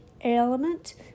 element